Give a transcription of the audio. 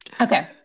Okay